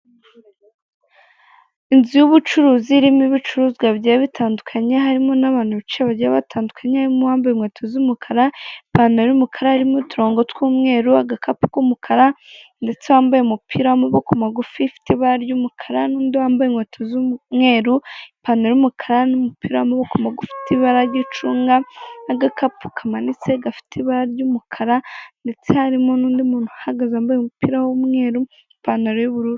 Inzu y'ubucuruzi irimo ibicuruzwa bigiye bitandukanye, harimo n'abantu bicaye bagiye batandukanye, harimo wambaye inkweto z'umukara, ipantaro y'umukara irimo uturongo tw'umweru, agakapu k'umukara, ndetse wambaye umupira w'amaboko magufi ufite ibara ry'umukara, n'undi wambaye inkweto z'umweru, ipantaro y'umukara n'umupira w'amaguruboko magufi ufite ibara ry'icunga, n'agakapu kamanitse gafite ibara ry'umukara, ndetse harimo n'undi muntu uhagaze wambaye umupira w'umweru ipantaro y'ubururu.